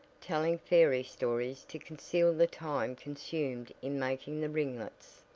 telling fairy stories to conceal the time consumed in making the ringlets.